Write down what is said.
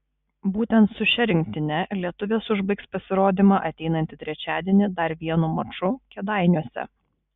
būtent su šia rinktine lietuvės užbaigs pasirodymą ateinantį trečiadienį dar vienu maču kėdainiuose